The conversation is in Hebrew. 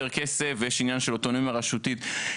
כסף ויש עניין של אוטונומיה רשותית,